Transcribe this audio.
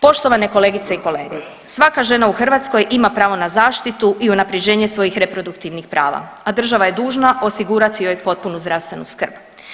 Poštovane kolegice i kolege, svaka žena u Hrvatskoj ima pravo na zaštitu i unaprjeđenje svojih reproduktivnih prava, a država je dužna osigurati joj potpunu zdravstvenu skrb.